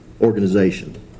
organization